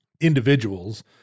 individuals